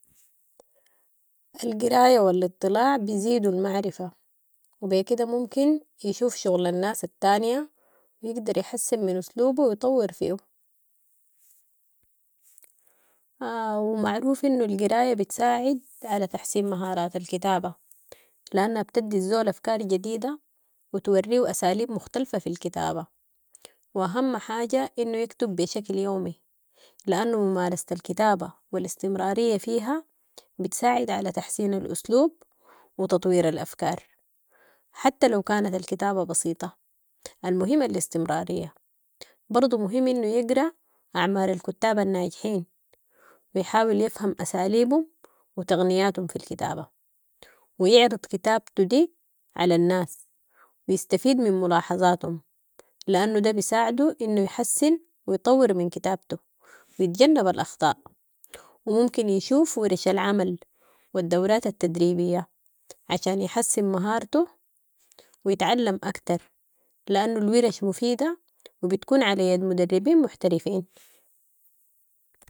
القرايه والاطلاع بيزيدوا المعرفه. وبي كده ممكن يشوف شغل الناس التانيه ويقدر يحسن من اسلوبه ويطور فيو ومعروف انه القراية بتساعد على تحسين مهارات الكتابة، لأنها بتدي الزول أفكار جديدة وتوريه أساليب مختلفة في الكتابة واهم حاجة انو يكتب بشكل يومي، لانهو ممارسة الكتابة والاستمرارية فيها بتساعد على تحسين الأسلوب وتطوير الأفكار. حتى لو كانت الكتابة بسيطة المهم الاستمرارية. برضو مهم انهو يقرا أعمال الكتاب الناجحين ويحاول يفهم أساليبم وتقنياتم في الكتابة، ويعرض كتابته دي علي الناس ويستفيد من ملاحظاتم، لانهو دة بيساعده انهو يحسن ويطور من كتابته و يتجنب الأخطاء وممكن يشوف ورش العمل والدورات التدريبية عشان يحسن مهاراته ويتعلم اكتر لانو الورش مفيدة و بتكون علي يد مدربين محترفين.